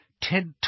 Ted